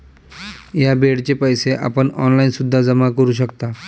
या बेडचे पैसे आपण ऑनलाईन सुद्धा जमा करू शकता